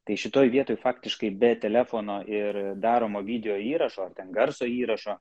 tai šitoj vietoj faktiškai be telefono ir daromo video įrašo ar ten garso įrašo